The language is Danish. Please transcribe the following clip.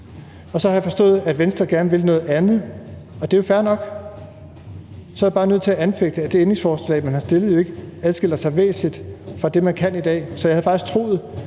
Så har jeg forstået, at Venstre gerne vil noget andet, og det er jo fair nok, men så er jeg bare nødt til at anføre, at det ændringsforslag, Venstre har stillet, ikke adskiller sig væsentligt fra det, man kan i dag. Jeg havde faktisk troet,